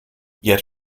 yet